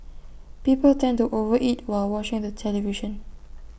people tend to over eat while watching the television